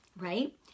right